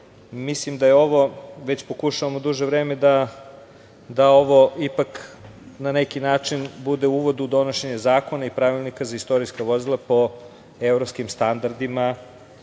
mislim da je ovo već pokušavamo duže vreme da ovo ipak na neki način bude uvod u donošenje zakona i pravilnika za istorijska vozila po evropskim standardima